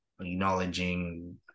acknowledging